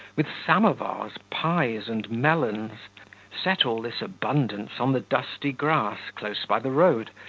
with samovars, pies, and melons set all this abundance on the dusty grass, close by the road,